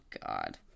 god